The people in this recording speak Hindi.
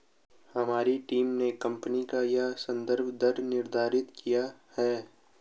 हमारी टीम ने कंपनी का यह संदर्भ दर निर्धारित किया है